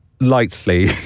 lightly